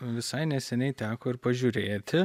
visai neseniai teko ir pažiūrėti